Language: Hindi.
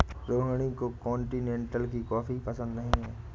रोहिणी को कॉन्टिनेन्टल की कॉफी पसंद नहीं है